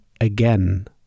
again